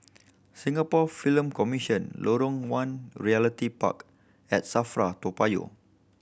Singapore Film Commission Lorong One Realty Park and SAFRA Toa Payoh